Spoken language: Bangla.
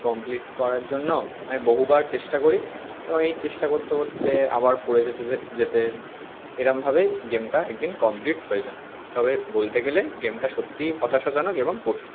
কমপ্লিট করার জন্য আমি বহুবার চেষ্টা করি এবং এই চেষ্টা করতে করতে আবার পড়ে যেতে যেতে এরকমভাবেই গেমটা এক দিন কমপ্লিট হয়ে যায় তবে বলতে গেলে গেমটা সত্যিই হতাশাজনক এবং কঠিন